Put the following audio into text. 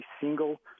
single